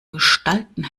gestalten